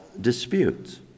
disputes